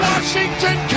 Washington